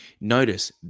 Notice